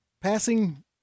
Passing